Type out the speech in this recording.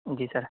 جی سر